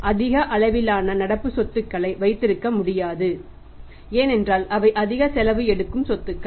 எனவே அதிக அளவிலான நடப்பு சொத்துக்களை வைத்திருக்க முடியாது ஏனென்றால் அவை அதிக செலவு எடுக்கும் சொத்துக்கள்